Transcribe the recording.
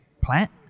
Plant